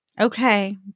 Okay